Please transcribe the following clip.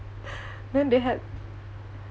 then they had